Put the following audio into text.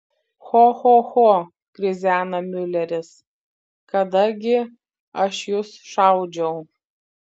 cho cho cho krizena miuleris kada gi aš jus šaudžiau